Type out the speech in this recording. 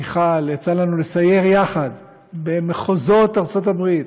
מיכל, יצא לנו לסייר יחד במחוזות ארצות הברית.